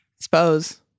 suppose